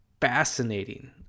fascinating